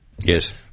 Yes